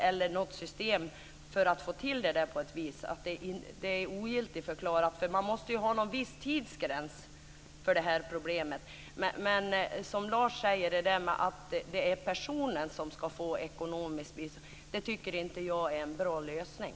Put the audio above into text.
Man borde kanske införa ett system som innebär att ett beslut ogiltigförklaras. Det måste fastställas en viss tidsgräns. Men jag tycker inte att det är en bra lösning att det är personen som ska få ekonomisk ersättning.